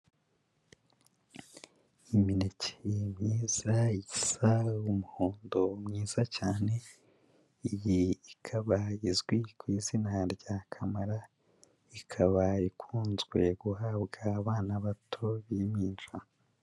Imineke myiza isa umuhondo mwiza cyane, iyi ikaba izwi ku izina rya kamara, ikaba ikunzwe guhabwa abana bato b'impinja.